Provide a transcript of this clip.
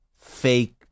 fake